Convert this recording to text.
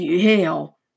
hell